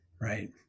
Right